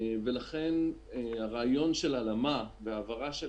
ולכן הרעיון של הלאמה והעברה של